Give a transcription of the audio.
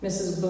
Mrs